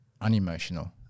unemotional